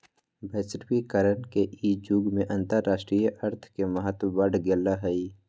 वैश्वीकरण के इ जुग में अंतरराष्ट्रीय अर्थ के महत्व बढ़ गेल हइ